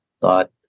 thought